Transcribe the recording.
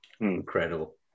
Incredible